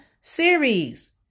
series